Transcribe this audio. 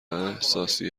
احساسی